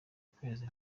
kwezi